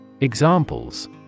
Examples